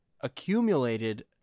accumulated